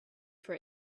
for